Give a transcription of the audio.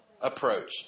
approach